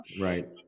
Right